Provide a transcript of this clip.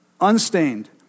unstained